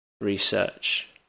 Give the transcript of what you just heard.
research